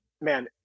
man